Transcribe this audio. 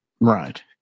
Right